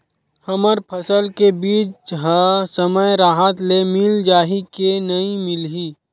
हमर फसल के बीज ह समय राहत ले मिल जाही के नी मिलही?